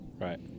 Right